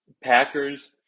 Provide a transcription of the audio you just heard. Packers